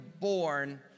born